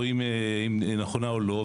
רואים אם היא נכונה או לא,